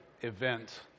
event